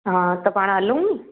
हा त पाण हलूं